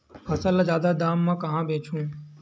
फसल ल जादा दाम म कहां बेचहु?